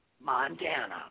Montana